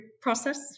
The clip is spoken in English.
process